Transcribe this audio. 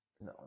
no